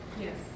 Yes